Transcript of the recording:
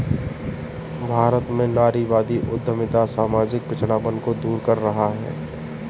भारत में नारीवादी उद्यमिता सामाजिक पिछड़ापन को दूर कर रहा है